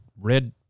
red